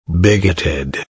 bigoted